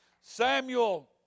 Samuel